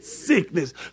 sickness